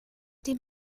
dem